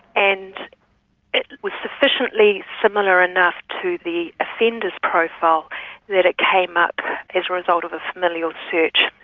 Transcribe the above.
and it was sufficiently similar enough to the offender's profile that it came up as a result of a familial search.